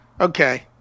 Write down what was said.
Okay